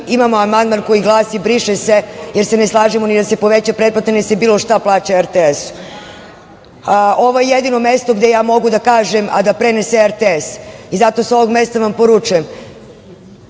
imamo amandman koji glasi, briše se, jer se ne slažemo da se poveća pretplata niti da se bilo šta plaća RTS-u. Ovo je jedino mesto gde ja mogu da kažem, a da prenese RTS i zato sa ovog mesta vam poručujem,